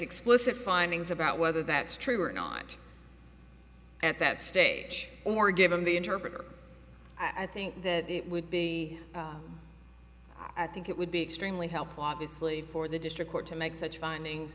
explicit findings about whether that's true or not at that stage or given the interpreter i think that it would be i think it would be extremely helpful obviously for the district court to make such findings